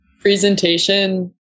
presentation